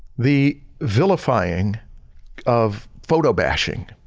the vilifying of photo bashing.